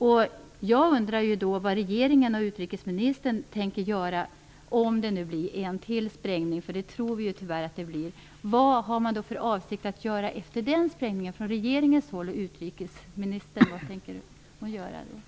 Och jag undrar då vad regeringen och utrikesministern tänker göra, om det nu blir en till sprängning, vilket vi tyvärr tror att det blir. Vad har regeringen och utrikesministern för avsikt att göra efter den sprängningen?